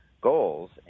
goals